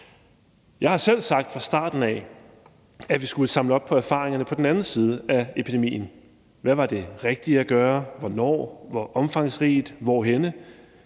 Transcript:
Jeg har selv fra starten af sagt, at vi skulle samle op på erfaringerne på den anden side af epidemien. Hvad var det rigtige at gøre, hvornår, hvor omfangsrigt, hvorhenne?